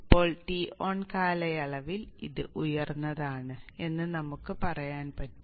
ഇപ്പോൾ Ton കാലയളവിൽ അത് ഉയർന്നതാണ് എന്ന് നമുക്ക് പറയാൻ പറ്റും